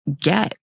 get